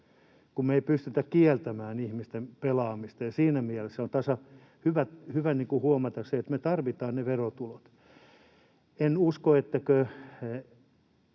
Kun me ei pystytä kieltämään ihmisten pelaamista, niin siinä mielessä on hyvä huomata, että me tarvitaan ne verotulot. En usko, etteikö,